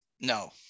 No